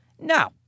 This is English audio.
no